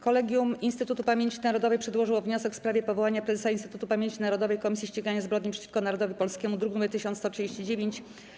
Kolegium Instytutu Pamięci Narodowej przedłożyło wniosek w sprawie powołania prezesa Instytutu Pamięci Narodowej - Komisji Ścigania Zbrodni przeciwko Narodowi Polskiemu, druk nr 1139.